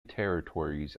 territories